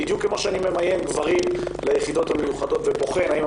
בדיוק כפי שאני ממיין גברים ליחידות המיוחדות ובוחן האם הם